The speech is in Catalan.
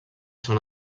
són